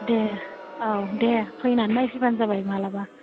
दे औ दे फैनानै नायफैब्लानो जाबाय मालाबा